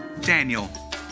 Daniel